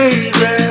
Baby